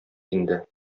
инде